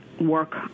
work